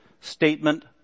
statement